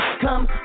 come